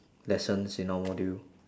lessons in our module